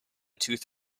tooth